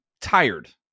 tired